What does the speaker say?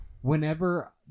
Whenever